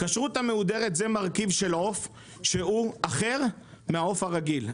הכשרות המהודרת היא מרכיב של עוף שהוא אחר מהעוף הרגיל.